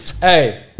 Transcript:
Hey